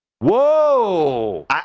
Whoa